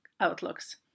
outlooks